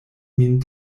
min